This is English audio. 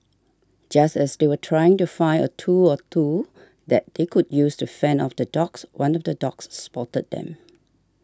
just as they were trying to find a tool or two that they could use to fend off the dogs one of the dogs spotted them